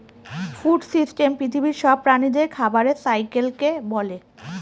food system পৃথিবীর সব প্রাণীদের খাবারের সাইকেলকে বলে